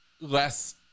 less